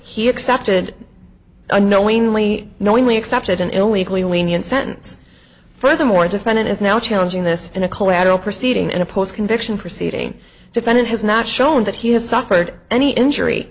he accepted the knowingly knowingly accepted an illegally lenient sentence furthermore a defendant is now challenging this in a collateral proceeding in a post conviction proceeding defendant has not shown that he has suffered any injury